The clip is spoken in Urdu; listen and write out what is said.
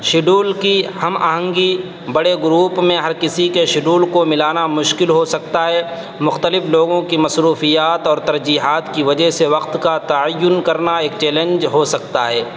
شیڈیول کی ہم آہنگی بڑے گروپ میں ہر کسی کے شیڈیول کو ملانا مشکل ہو سکتا ہے مختلف لوگوں کی مصروفیات اور ترجیحات کی وجہ سے وقت کا تعین کرنا ایک چیلنج ہو سکتا ہے